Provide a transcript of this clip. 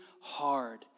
hard